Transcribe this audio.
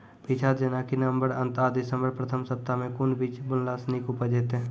पीछात जेनाकि नवम्बर अंत आ दिसम्बर प्रथम सप्ताह मे कून बीज बुनलास नीक उपज हेते?